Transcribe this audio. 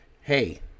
Hey